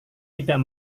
tidak